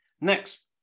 Next